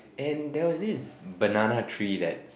and there was this banana tree that's